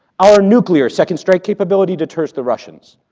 our nuclear second strike capability deters the russians.